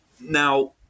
Now